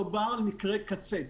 מדובר על מקרה קצה.